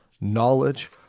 knowledge